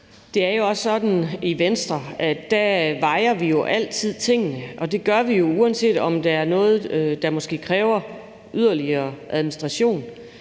Det er jo også sådan i Venstre, at vi altid vejer tingene. Det gør vi, uanset om det er noget, der måske kræver yderligere administration.